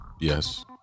Yes